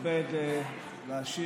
להסיק ולהניח